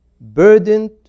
burdened